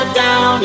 down